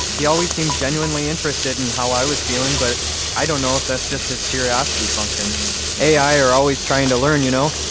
he always seemed genuinely interested in how i was feeling, but i don't know if that's just his curiosity function a i. are always trying to learn, you know?